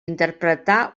interpretar